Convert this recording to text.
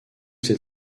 ses